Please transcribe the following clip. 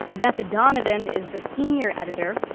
beth donovan is the senior editor.